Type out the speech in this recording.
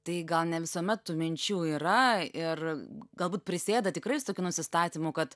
tai gal ne visuomet tų minčių yra ir galbūt prisėda tikrai su tokiu nusistatymu kad